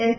S